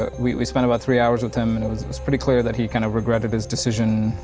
ah we we spent about three hours with him, and it was was pretty clear that he kind of regretted his decision,